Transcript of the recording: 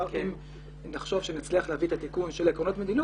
אם נחשוב שנצליח להביא את התיקון של עקרונות מדיניות,